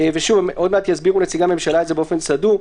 עוד מעט יסבירו נציגי הממשלה את זה באופן סדור.